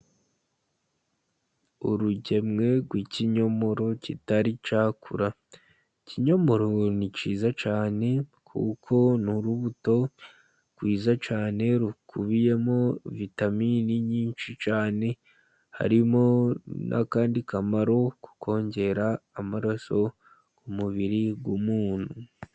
Urugemwe rw'ikinyomoro kitari cyakura. Ikinyomoro ni cyiza cyane kuko ni urubuto rwiza cyane, rukubiyemo vitamini nyinshi cyane ,harimo n'akandi kamaro ko kongera amaraso ku mubiri w'umuntu.